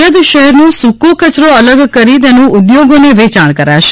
સુરત શહેરનો સૂકો કચરો અલગ કરી તેનું ઉદ્યોગોને વેચાણ કરાશે